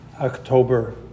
October